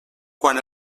quan